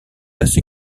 assez